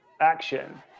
action